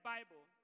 Bible